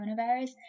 coronavirus